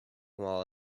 while